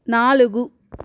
నాలుగు